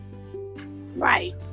right